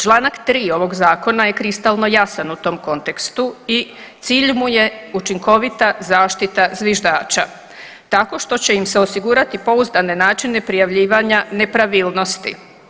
Članak 3. ovog zakona je kristalno jasan u tom kontekstu i cilj mu je učinkovita zaštita zviždača tako što će im se osigurati pouzdane načine prijavljivanja nepravilnosti.